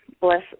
bless